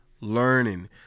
learning